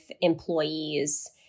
employees